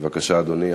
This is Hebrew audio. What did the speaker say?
בבקשה, אדוני.